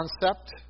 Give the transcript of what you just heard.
concept